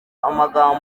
amagambo